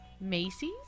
Macy's